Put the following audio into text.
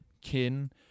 kin